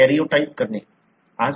karyotype करणे आहे